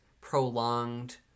prolonged